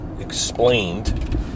explained